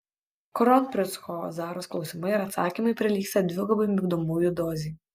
kronprinco zaros klausimai ir atsakymai prilygsta dvigubai migdomųjų dozei